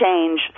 change